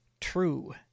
true